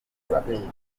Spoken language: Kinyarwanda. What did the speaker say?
aheza